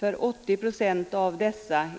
Och enligt experterna är blindheten onödig för 80 procent av dessa.